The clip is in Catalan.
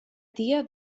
tia